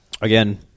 Again